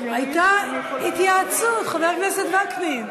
הייתה התייעצות, חבר הכנסת וקנין.